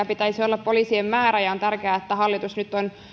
pitäisi olla ja on tärkeää että hallitus nyt on